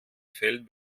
fällt